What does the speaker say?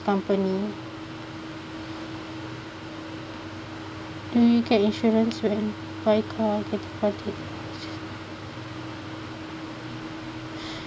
company do you get insurance when buy car